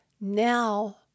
Now